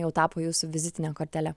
jau tapo jūsų vizitine kortele